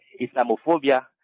Islamophobia